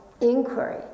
inquiry